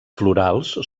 florals